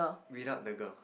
without the girl